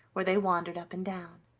where they wandered up and down.